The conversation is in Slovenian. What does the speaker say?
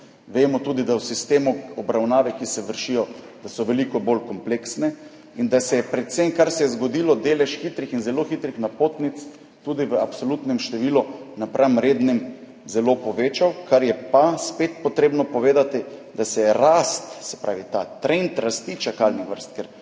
Vemo tudi, da so v sistemu obravnave, kjer se vršijo, veliko bolj kompleksne in da se je predvsem, kar se je zgodilo, delež hitrih in zelo hitrih napotnic tudi v absolutnem številu napram rednim zelo povečal. Kjer je pa spet potrebno povedati, da se je rast – se pravi trend rasti čakalnih vrst,